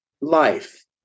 life